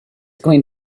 going